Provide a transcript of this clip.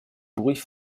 bruits